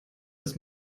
dass